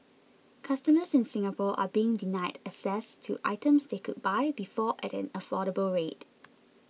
customers in Singapore are being denied access to items they could buy before at an affordable rate